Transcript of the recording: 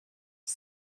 les